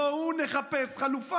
בואו נחפש חלופה.